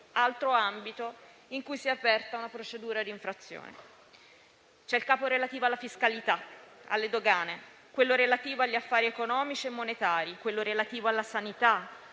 altro ambito in cui si è aperta una procedura di infrazione. C'è il capo relativo alla fiscalità, alle dogane, quello relativo agli affari economici e monetari, quello relativo alla sanità,